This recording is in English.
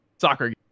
soccer